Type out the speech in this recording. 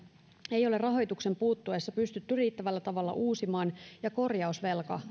ei ole rahoituksen puuttuessa pystytty riittävällä tavalla uusimaan ja korjausvelka